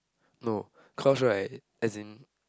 no cause right as in